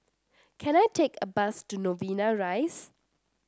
can I take a bus to Novena Rise